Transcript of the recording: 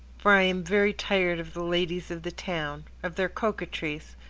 for i am very tired of the ladies of the town, of their coquetries,